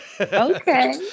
Okay